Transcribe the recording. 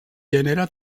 gènere